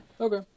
Okay